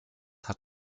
hat